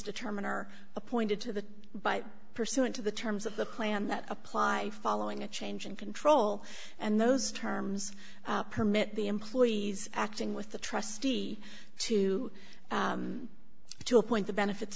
determined are appointed to the by pursuant to the terms of the plan that apply following a change in control and those terms permit the employees acting with the trustee to to appoint the benefits